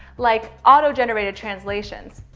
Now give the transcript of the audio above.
like auto-generated translations.